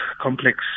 complex